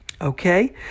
Okay